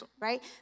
Right